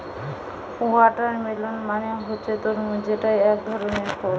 watermelon মানে হচ্ছে তরমুজ যেটা একধরনের ফল